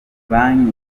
banki